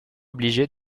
obligé